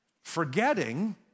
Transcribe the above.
Forgetting